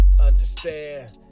Understand